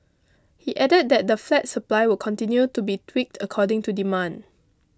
he added that the flat supply will continue to be tweaked according to demand